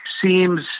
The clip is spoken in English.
seems